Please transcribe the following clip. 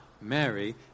Mary